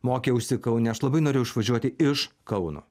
mokiausi kaune aš labai norėjau išvažiuoti iš kauno